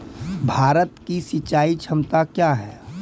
भारत की सिंचाई क्षमता क्या हैं?